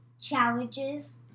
challenges